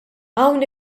hawn